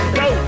go